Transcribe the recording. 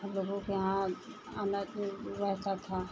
हमलोगों के यहाँ रहता था